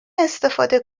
استفاده